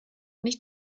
nicht